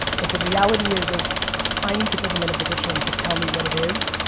but the reality is is i need to put them in a position to tell me what it is,